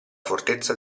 fortezza